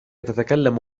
تتكلم